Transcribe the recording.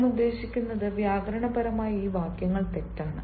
ഞാൻ ഉദ്ദേശിക്കുന്നത് വ്യാകരണപരമായി ഈ വാക്യങ്ങൾ തെറ്റാണ്